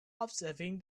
observing